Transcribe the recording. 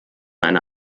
einer